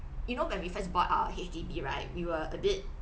you know when we first bought our H_D_B right we were a bit